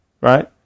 right